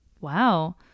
Wow